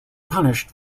punished